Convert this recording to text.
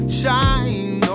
shine